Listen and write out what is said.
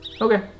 Okay